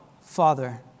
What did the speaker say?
Father